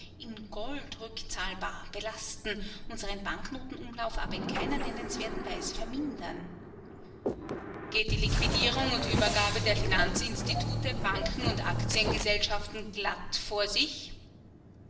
in gold rückzahlbar belasten unseren banknotenumlauf aber in keiner nennenswerten weise vermindern geht die liquidierung und uebergabe der finanzinstitute banken und aktiengesellschaften glatt vor sich